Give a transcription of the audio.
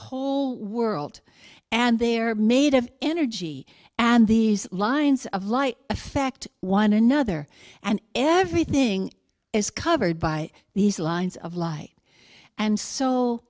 whole world and they're made of energy and these lines of light affect one another and everything is covered by these lines of light and so